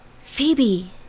Phoebe